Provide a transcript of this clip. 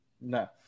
No